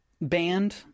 band